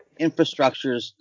infrastructures